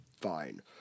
fine